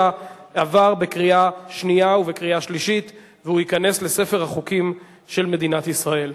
7) עבר בקריאה שנייה ובקריאה שלישית וייכנס לספר החוקים של מדינת ישראל.